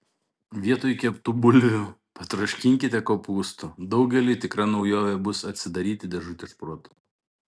vietoj keptų bulvių patroškinkite kopūstų daugeliui tikra naujovė bus atsidaryti dėžutę šprotų